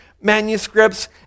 manuscripts